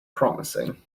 promising